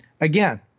Again –